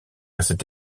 cette